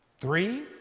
Three